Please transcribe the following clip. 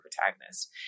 protagonist